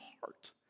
heart